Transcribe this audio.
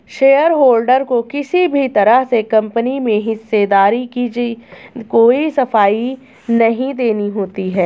shareholder को किसी भी तरह से कम्पनी में हिस्सेदारी की कोई सफाई नहीं देनी होती है